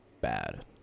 bad